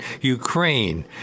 Ukraine